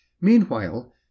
Meanwhile